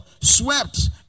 Swept